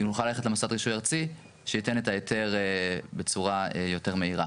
נוכל ללכת מוסד רישוי ארצי שיוכל לתת את ההיתר בצורה יותר מהירה.